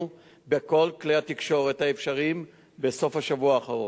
בכל כלי התקשורת האפשריים בסוף השבוע האחרון,